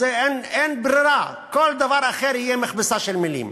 אז אין ברירה, כל דבר אחר יהיה מכבסה של מילים.